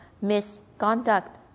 misconduct